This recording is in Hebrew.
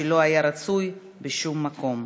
שלא היה רצוי בשום מקום.